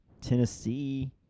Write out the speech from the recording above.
Tennessee